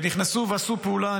נכנסו ועשו פעולה.